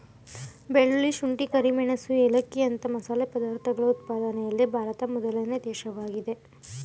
ಬೆಳ್ಳುಳ್ಳಿ, ಶುಂಠಿ, ಕರಿಮೆಣಸು ಏಲಕ್ಕಿಯಂತ ಮಸಾಲೆ ಪದಾರ್ಥಗಳ ಉತ್ಪಾದನೆಯಲ್ಲಿ ಭಾರತ ಮೊದಲನೇ ದೇಶವಾಗಿದೆ